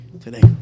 today